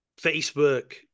Facebook